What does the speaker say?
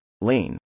lane